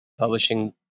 publishing